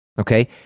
okay